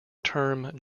term